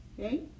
okay